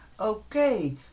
Okay